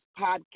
podcast